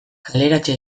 kaleratze